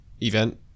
event